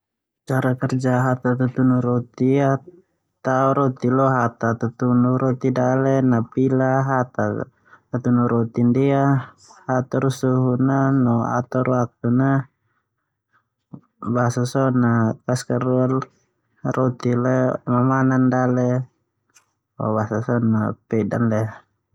Cara kerja hata tutunu roti, tao roti lo hata tutunuk roti dale, napila hata tutunuk roti. Atur suhu a no waktu a. Basa so na tasak so na hoi kulua heni roti a leo.